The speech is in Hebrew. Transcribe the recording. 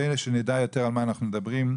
שנדע יותר על מה שאנחנו מדברים,